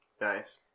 Nice